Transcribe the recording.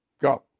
Go